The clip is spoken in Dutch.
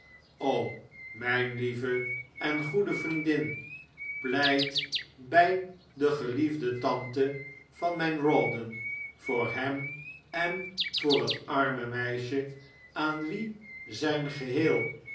o mijn lieve en goede vriendin pleit bij de geliefde tante van mijn rawdon voor hem en voor het arme meisje aan wie zijn geheel